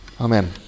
Amen